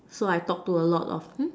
so I talk to a lot of hmm